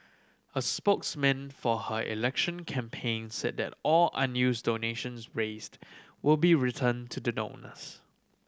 a spokesman for her election campaign said that all unused donations raised will be return to the donors